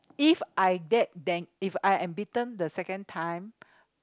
if I dead then if I am bitten the second time